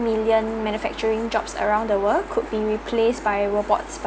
million manufacturing jobs around the world could be replaced by robots